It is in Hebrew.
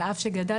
על אף שגדלתי